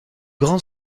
grand